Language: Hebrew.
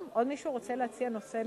טוב, עוד מישהו רוצה להציע נושא